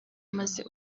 maze